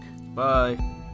Bye